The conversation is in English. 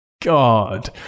God